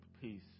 peace